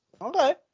okay